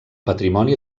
patrimoni